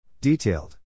Detailed